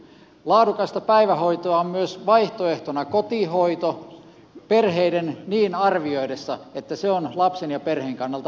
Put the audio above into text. laadukasta päivähoitoa on myös vaihtoehtona kotihoito perheiden arvioidessa että se on lapsen ja perheen kannalta parasta